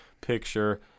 picture